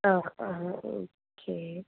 ആ ആ ഒക്കെ